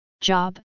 job